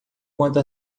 quanto